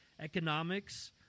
economics